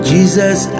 Jesus